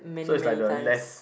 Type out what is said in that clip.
so is like the less